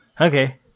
Okay